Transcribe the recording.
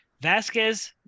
Vasquez